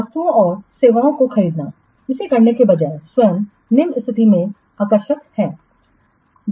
वस्तुओं और सेवाओं को खरीदना इसे करने के बजाय स्वयं निम्न स्थिति में आकर्षक है